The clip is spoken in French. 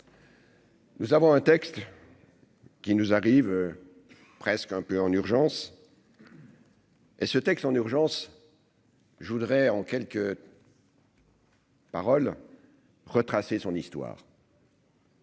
Nous avons un texte. Qui nous arrive presque un peu en urgence. Et ce texte en urgence, je voudrais en quelques. Parole retracer son histoire.